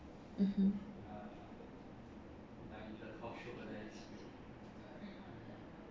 mm